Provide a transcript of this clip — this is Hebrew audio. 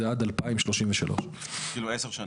זה עד 2023. 10 שנים.